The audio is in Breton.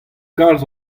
kalz